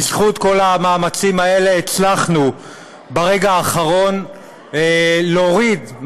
בזכות כל המאמצים האלה הצלחנו ברגע האחרון ממש